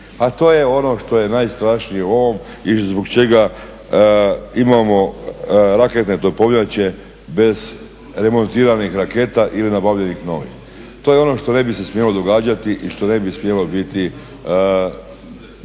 A to je ono što je najstrašnije u ovom i zbog čega imamo raketne topovnjače bez remontiranih raketa ili nabavljenih novih. To je ono što ne bi se smjelo događati i što ne bi smjelo biti nikako